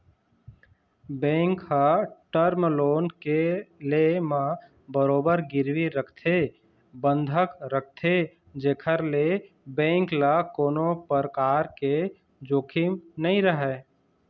bank ह term loan के ले म बरोबर गिरवी रखथे बंधक रखथे जेखर ले बेंक ल कोनो परकार के जोखिम नइ रहय